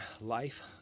Life